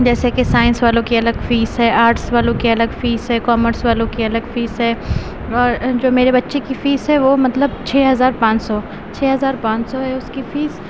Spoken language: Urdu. جیسے کہ سائنس والوں کی الگ فیس ہے آرٹس والوں کی الگ فیس ہے کامرس والوں کی الگ فیس ہے اور جو میرے بچے کی فیس ہے وہ مطلب چھ ہزار پانچ سو چھ ہزار پانچ سو ہے اس کی فیس